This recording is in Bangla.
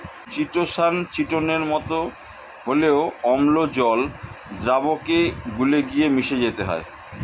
চিটোসান চিটোনের মতো হলেও অম্ল জল দ্রাবকে গুলে গিয়ে মিশে যেতে পারে